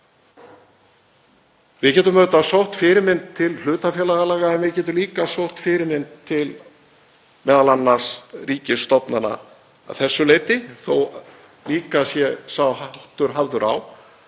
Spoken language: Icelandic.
Við getum auðvitað sótt fyrirmynd til hlutafélagalaga en við getum líka sótt fyrirmynd til ríkisstofnana að þessu leyti þótt líka sé sá háttur hafður á